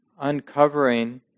uncovering